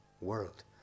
world